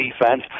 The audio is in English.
defense